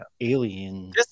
alien